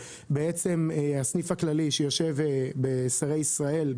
שיושב בשרי ישראל,